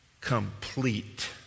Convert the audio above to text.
complete